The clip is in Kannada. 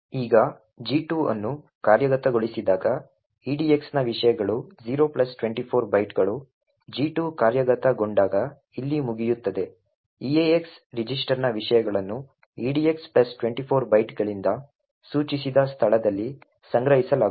ಈಗ G2 ಅನ್ನು ಕಾರ್ಯಗತಗೊಳಿಸಿದಾಗ edx ನ ವಿಷಯಗಳು 024 ಬೈಟ್ಗಳು G2 ಕಾರ್ಯಗತಗೊಂಡಾಗ ಇಲ್ಲಿ ಮುಗಿಯುತ್ತದೆ eax ರಿಜಿಸ್ಟರ್ನ ವಿಷಯಗಳನ್ನು edx24 ಬೈಟ್ಗಳಿಂದ ಸೂಚಿಸಿದ ಸ್ಥಳದಲ್ಲಿ ಸಂಗ್ರಹಿಸಲಾಗುತ್ತದೆ